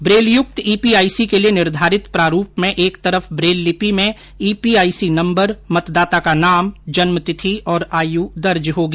ब्रेलयुक्त EPIC के लिए निर्धारित प्रारूप में एक तरफ ब्रेल लिपि में ईपीआईसी नंबर मतदाता का नाम जन्मतिथि और आयु दर्ज होगी